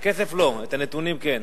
את הכסף לא, את הנתונים כן.